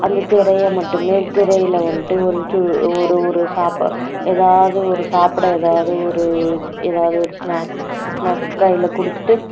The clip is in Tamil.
அந்த திரையை மட்டுமே திரையில் வந்ட்டு ஒரு சோ ஒரு ஒரு சாப்ப ஏதாவது ஒரு சாப்பிட ஏதாவது ஒரு ஏதாவது ஒரு ஸ்நாக் ஸ்நாக்ஸ் கையில் கொடுத்துட்டு